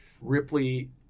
Ripley